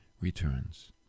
returns